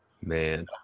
man